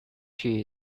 she